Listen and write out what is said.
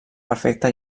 perfecta